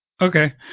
Okay